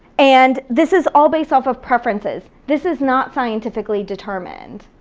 and this is all based off of preferences this is not scientifically determined.